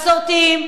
מסורתיים,